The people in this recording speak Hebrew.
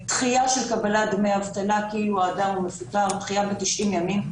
דחייה של קבלת דמי אבטלה כאילו האדם המפוטר חייב ב-90 ימים.